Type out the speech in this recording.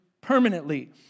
permanently